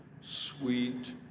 sweet